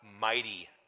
mighty